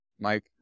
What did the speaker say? Mike